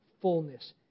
fullness